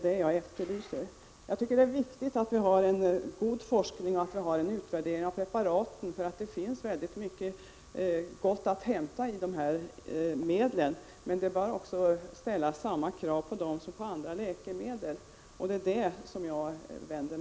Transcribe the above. Det är viktigt att vi har en god forskning och att det görs en utvärdering av preparaten; det finns mycket gott att hämta i de här medlen, men det bör ställas samma krav på dem som på andra läkemedel. Jag vänder mig emot att man inte vill göra det.